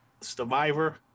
Survivor